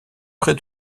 près